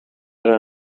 her